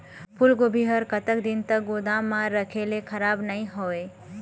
फूलगोभी हर कतका दिन तक गोदाम म रखे ले खराब नई होय?